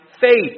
faith